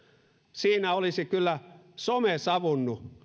siinä olisi kyllä some savunnut